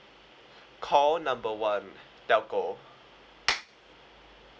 call number one telco